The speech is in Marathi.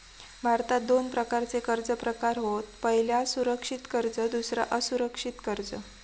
भारतात दोन प्रकारचे कर्ज प्रकार होत पह्यला सुरक्षित कर्ज दुसरा असुरक्षित कर्ज